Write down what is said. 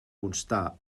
constar